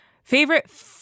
Favorite